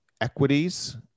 equities